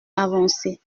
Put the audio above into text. avancée